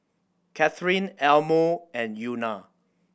Kathyrn Elmore and Euna